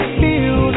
feel